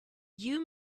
you